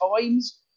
times